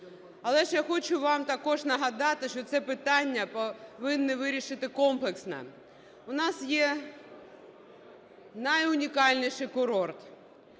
Але ж я хочу вам також нагадати, що це питання повинні вирішити комплексно. В нас є найунікальніший курорт